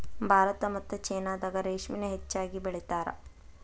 ಭಾರತಾ ಮತ್ತ ಚೇನಾದಾಗ ರೇಶ್ಮಿನ ಹೆಚ್ಚಾಗಿ ಬೆಳಿತಾರ